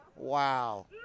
wow